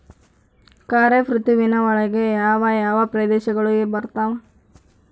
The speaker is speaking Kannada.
ಖಾರೇಫ್ ಋತುವಿನ ಒಳಗೆ ಯಾವ ಯಾವ ಪ್ರದೇಶಗಳು ಬರ್ತಾವ?